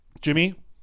Jimmy